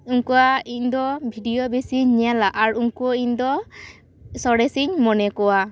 ᱩᱱᱠᱩᱣᱟᱜ ᱤᱧ ᱫᱚ ᱵᱷᱤᱰᱭᱳ ᱵᱤᱥᱤᱧ ᱧᱮᱞᱟ ᱟᱨ ᱩᱱᱠᱩ ᱤᱧ ᱫᱚ ᱥᱚᱨᱮᱥ ᱤᱧ ᱢᱚᱱᱮ ᱠᱚᱣᱟ